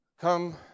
come